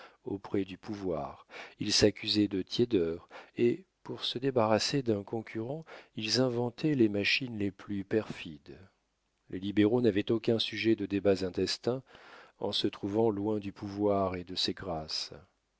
auprès du pouvoir ils s'accusaient de tiédeur et pour se débarrasser d'un concurrent ils inventaient les machines les plus perfides les libéraux n'avaient aucun sujet de débats intestins en se trouvant loin du pouvoir et de ses grâces